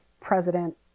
president